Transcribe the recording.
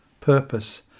purpose